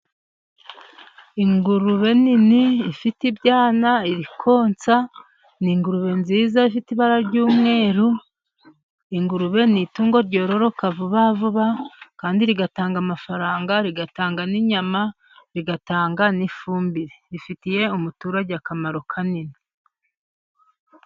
Ingurube nini ifite ibyana iri konsa, ni ingurube nziza, ifite ibara ry' umweru. Ingurube ni itungo ryororoka vuba kandi rigatanga amafaranga, rigatanga n' inyama, rigatanga n' ifumbire. Rifitiye umuturage akamaro kanini.